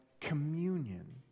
communion